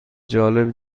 جالب